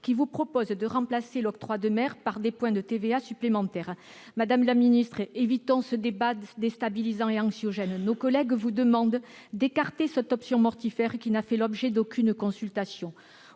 qui vous propose de remplacer l'octroi de mer par des points de TVA supplémentaires. Madame la ministre, évitons-nous ce débat déstabilisant et anxiogène. Nos collègues vous demandent d'écarter cette option mortifère, qui n'a fait l'objet d'aucune consultation.